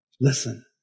Listen